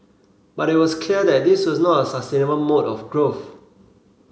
but it was clear that this was not a sustainable mode of growth